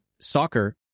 soccer